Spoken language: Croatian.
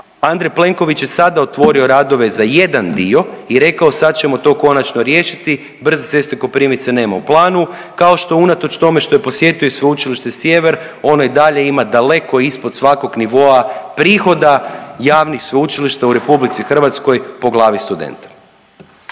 Andrej Plenković je sada otvorio radove za jedan dio i rekao sad ćemo to konačno riješiti, brze ceste Koprivnice nema u planu kao što unatoč tome što je posjetio i Sveučilište Sjever ono i dalje ima daleko ispod svakog nivoa prihoda javnih sveučilišta u RH po glavi studenta.